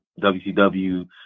WCW